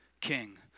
king